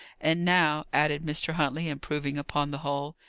and now, added mr. huntley, improving upon the whole,